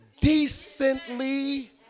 decently